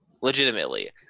Legitimately